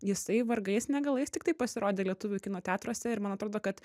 jisai vargais negalais tiktai pasirodė lietuvių kino teatruose ir man atrodo kad